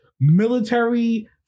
military